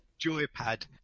Joypad